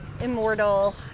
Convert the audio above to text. immortal